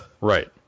Right